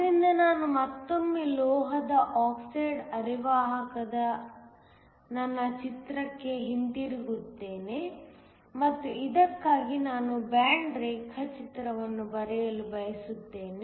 ಆದ್ದರಿಂದ ನಾನು ಮತ್ತೊಮ್ಮೆ ಲೋಹದ ಆಕ್ಸೈಡ್ ಅರೆವಾಹಕದ ನನ್ನ ಚಿತ್ರಕ್ಕೆ ಹಿಂತಿರುಗುತ್ತೇನೆ ಮತ್ತು ಇದಕ್ಕಾಗಿ ನಾನು ಬ್ಯಾಂಡ್ ರೇಖಾಚಿತ್ರವನ್ನು ಬರೆಯಲು ಬಯಸುತ್ತೇನೆ